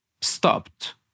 stopped